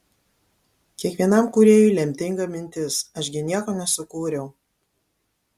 kiekvienam kūrėjui lemtinga mintis aš gi nieko nesukūriau